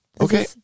Okay